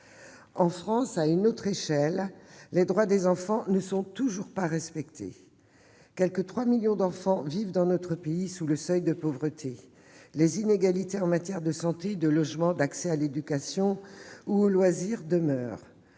En France, à une autre échelle, les droits des enfants ne sont toujours pas respectés. Quelque 3 millions d'enfants vivent dans notre pays sous le seuil de pauvreté. Les inégalités en matière de santé, de logement, d'accès à l'éducation ou aux loisirs demeurent.